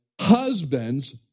husbands